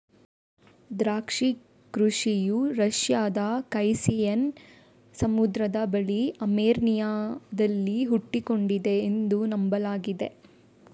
ದ್ರಾಕ್ಷಿ ಕೃಷಿಯು ರಷ್ಯಾದ ಕ್ಯಾಸ್ಪಿಯನ್ ಸಮುದ್ರದ ಬಳಿ ಅರ್ಮೇನಿಯಾದಲ್ಲಿ ಹುಟ್ಟಿಕೊಂಡಿದೆ ಎಂದು ನಂಬಲಾಗಿದೆ